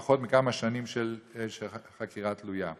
חקירה לאחר פחות מכמה שנים שהחקירה תלויה.